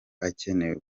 akeneye